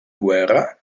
guerra